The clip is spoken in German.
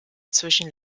zwischen